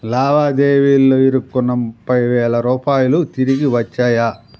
లావాదేవీలో ఇరుక్కున్న ముప్పై వేల రూపాయలు తిరిగి వచ్చాయా